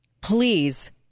please